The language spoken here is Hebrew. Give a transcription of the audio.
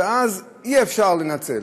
ואז אי-אפשר לנצל.